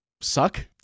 suck